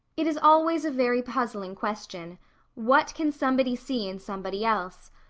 it is always a very puzzling question what can somebody see in somebody else?